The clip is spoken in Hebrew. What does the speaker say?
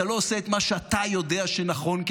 אתה לא עושה את מה שאתה יודע שנכון כי